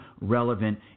relevant